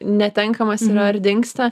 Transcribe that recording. netenkamas yra ar dingsta